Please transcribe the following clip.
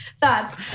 thoughts